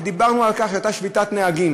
ודיברנו על כך כשהייתה שביתת נהגים.